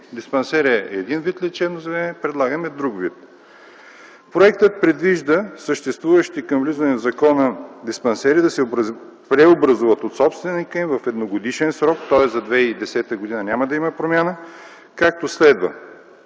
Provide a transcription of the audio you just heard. Диспансер е един вид лечебно заведение, а предлагаме друг вид. Проектът предвижда съществуващи към влизането в сила на закона диспансери да се преобразуват от собственика им в едногодишен срок, тоест в 2010 г. няма да има промяна, както следва: